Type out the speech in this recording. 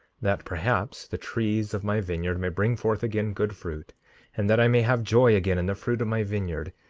that, perhaps, the trees of my vineyard may bring forth again good fruit and that i may have joy again in the fruit of my vineyard,